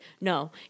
no